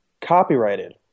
copyrighted